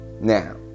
Now